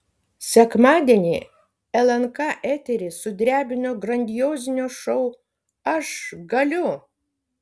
sekmadienį lnk eterį sudrebino grandiozinio šou aš galiu